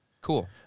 Cool